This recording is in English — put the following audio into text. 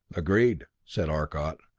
agreed, said arcot,